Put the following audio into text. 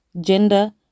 gender